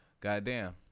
Goddamn